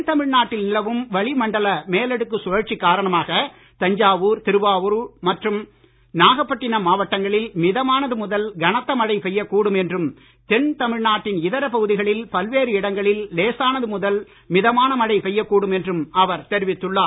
தென் தமிழ்நாட்டில் நிலவும் வளிமண்டல மேலடுக்கு சுழற்சி காரணமாக தஞ்சாவூர் திருவாரூர் மற்றும் நாகப்பட்டினம் மாவட்டங்களில் மிதமானது முதல் கனத்த மழை பெய்யக் கூடும் என்றும் தென் தமிழ்நாட்டின் இதர பகுதிகளில் பல்வேறு இடங்களில் லேசானது முதல் மிதமான மழை பெய்யக் கூடும் என்றும் அவர் தெரிவித்துள்ளார்